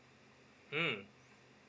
mm